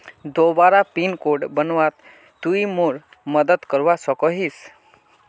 दोबारा pin code बनवात तुई मोर मदद करवा सकोहिस?